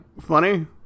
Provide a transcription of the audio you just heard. funny